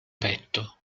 petto